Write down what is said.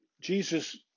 Jesus